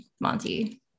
Monty